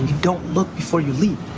don't look before you leap